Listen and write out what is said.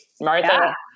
Martha